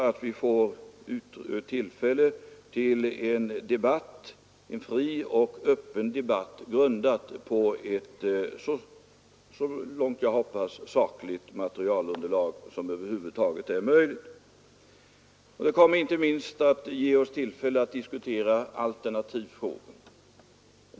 Då får vi också tillfälle att föra en fri och öppen debatt, grundad på ett så långt möjligt riktigt och sakligt underlagsmaterial. Och inte minst kommer detta att ge oss tillfälle att diskutera alternativa frågor.